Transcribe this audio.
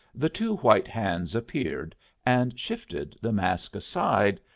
the two white hands appeared and shifted the mask aside,